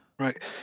Right